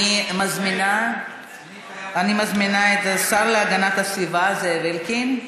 אני מזמינה את השר להגנת הסביבה זאב אלקין,